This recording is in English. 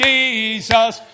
Jesus